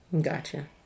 Gotcha